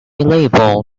label